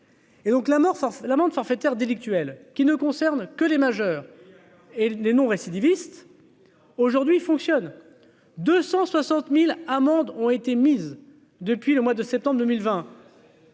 l'amende forfaitaire délictuelle, qui ne concerne que les majeurs et non-récidivistes aujourd'hui fonctionne 260000 amendes ont été mises depuis le mois de septembre 2020.